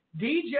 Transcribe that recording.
DJ